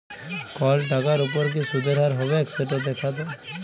call টাকার উপর কি সুদের হার হবেক সেট দ্যাখাত